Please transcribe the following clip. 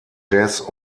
jazz